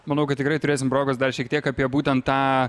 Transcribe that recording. manau kad tikrai turėsim progos dar šiek tiek apie būtent tą